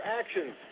actions